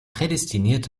prädestiniert